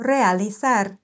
Realizar